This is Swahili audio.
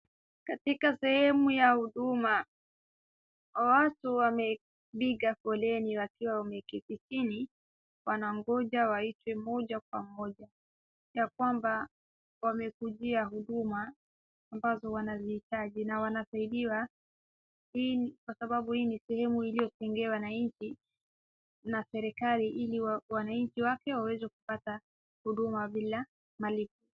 Katika sehemu ya huduma, watu wamepiga foleni wakiwa wameketi kitini wanangoja waitwe mmoja kwa mmoja, ya kwamba wamekujia huduma ambazo wanazihitaji na wanasaidiwa. Hii ni kwa sababu hii ni sehemu iliyotengewa wananchi na serikali ili wananchi wake waweze kupata huduma bila malipo.